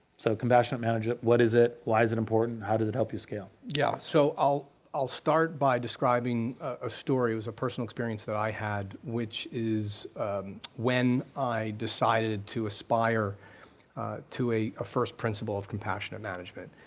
so compassionate management, what is it, why is it important, how does it help you scale? yeah, so i'll i'll start by describing a story. it was a personal experience that i had which is when i decided to aspire to a a first principle of compassionate mangement.